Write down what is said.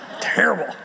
terrible